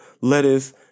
lettuce